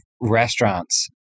restaurants